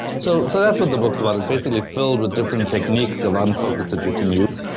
so so that's what the book's about. it's basically filled with different techniques of unfocus that you can use.